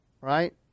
right